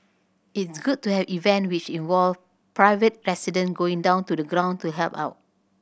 it's good to have events which involve private residents going down to the ground to help out